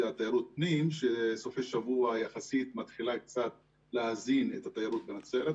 שתיירות הפנים בסופי שבוע מתחילה קצת להזין את התיירות בנצרת,